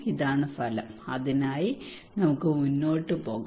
ഇതാണ് ഫലം അതിനായി നമുക്ക് മുന്നോട്ട് പോകാം